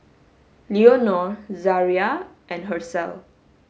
Leonore Zaria and Hershell